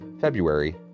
February